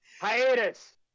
Hiatus